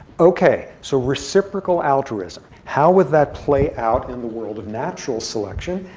ok, so reciprocal altruism. how would that play out in the world of natural selection.